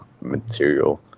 material